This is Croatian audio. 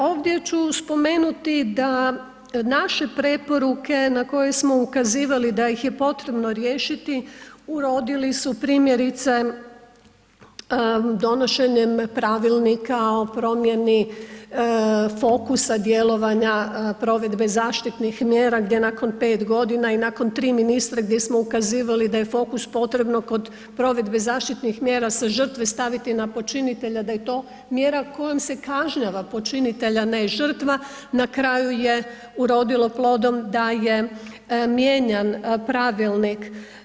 Ovdje ću spomenuti da naše preporuke na koje smo ukazivali da ih je potrebno riješiti, urodili su primjerice donošenjem pravilnika o promjeni fokusa djelovanja provedbe zaštitnih mjera gdje nakon 5 g. i nakon 3 ministra gdje smo ukazivali da je fokus kod potrebno kod provedbe zaštitnih mjera sa žrtve staviti na počinitelja da je to mjera kojom se kažnjava počinitelja a ne žrtva, na kraju je urodilo plodom da je mijenjan pravilnik.